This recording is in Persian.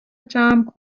جمع